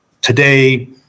Today